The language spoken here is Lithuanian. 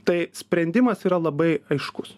tai sprendimas yra labai aiškus